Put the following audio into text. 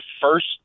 first